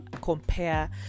compare